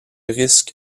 risque